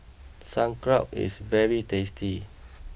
Sauerkraut is very tasty